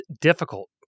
difficult